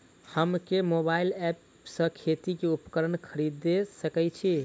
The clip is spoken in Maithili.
हम केँ मोबाइल ऐप सँ खेती केँ उपकरण खरीदै सकैत छी?